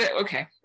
Okay